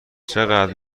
چقدر